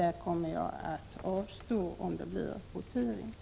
Därför kommer jag att avstå från att rösta om det blir votering.